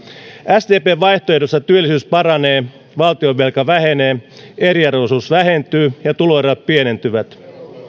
sdpn vaihtoehdossa työllisyys paranee valtionvelka vähenee eriarvoisuus vähentyy ja tuloerot pienentyvät